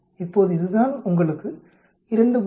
இப்போது இதுதான் உங்களுக்கு 2